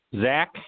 Zach